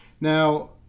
Now